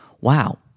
wow